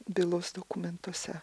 bylos dokumentuose